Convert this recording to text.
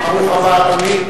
ברוך הבא, אדוני.